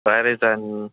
बा रोजानि